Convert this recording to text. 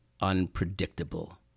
unpredictable